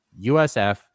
USF